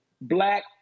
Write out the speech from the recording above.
black